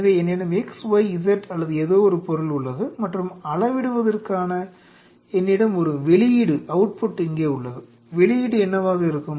எனவே என்னிடம் x y z அல்லது ஏதோ ஒரு பொருள் உள்ளது மற்றும் அளவிடுவதற்காக என்னிடம் ஒரு வெளியீடு இங்கே உள்ளது வெளியீடு என்னவாக இருக்கும்